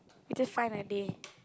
we just find a day